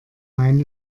main